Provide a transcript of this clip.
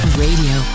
radio